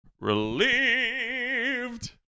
relieved